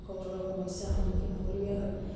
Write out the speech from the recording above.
লোসকলৰ সমস্যাৰ সন্মুখীন হ'বলগীয়া হয়